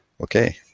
Okay